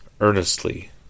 earnestly